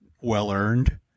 well-earned